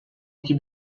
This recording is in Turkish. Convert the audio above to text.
iki